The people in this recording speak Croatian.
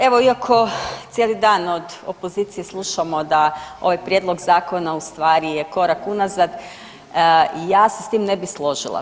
Evo iako cijeli dan od opozicije slušamo da ovaj prijedlog zakona je u stvari korak unazad ja se s tim ne bi složila.